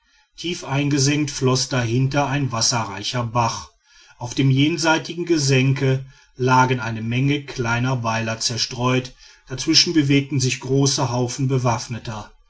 tief eingesenkt floß dahinter ein wasserreicher bach auf dem jenseitigen gesenke lagen eine menge kleiner weiler zerstreut dazwischen bewegten sich große haufen bewaffneter